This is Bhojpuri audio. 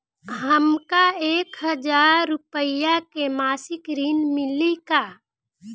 हमका एक हज़ार रूपया के मासिक ऋण मिली का?